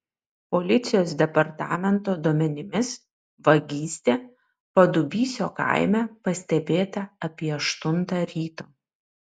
policijos departamento duomenimis vagystė padubysio kaime pastebėta apie aštuntą ryto